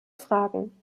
fragen